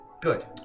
Good